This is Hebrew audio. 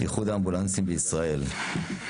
איחוד האמבולנסים בישראל.